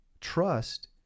Trust